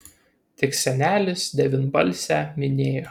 tik senelis devynbalsę minėjo